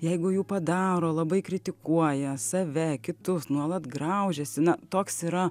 jeigu jų padaro labai kritikuoja save kitus nuolat graužiasi na toks yra